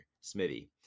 Smithy